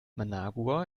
managua